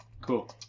Cool